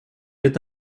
êtes